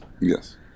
Yes